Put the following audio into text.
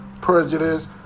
prejudice